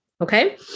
Okay